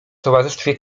towarzystwie